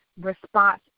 response